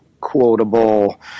quotable